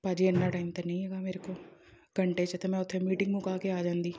ਭਾਅ ਜੀ ਇੰਨਾ ਟਾਈਮ ਤਾਂ ਨਹੀਂ ਹੈਗਾ ਮੇਰੇ ਕੋਲ ਘੰਟੇ 'ਚ ਤਾਂ ਮੈਂ ਉੱਥੇ ਮੀਟਿੰਗ ਮੁੱਕਾ ਕੇ ਆ ਜਾਂਦੀ